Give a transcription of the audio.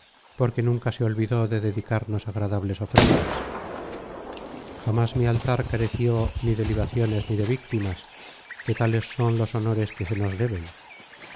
porque nunca se olvidó de dedicarnos agradables ofrendas jamás mi altar careció ni de libaciones ni de víctimas que tales son los honores que se nos deben